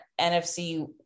NFC